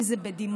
אם זה בדימונה,